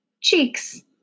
Cheeks